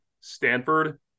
Stanford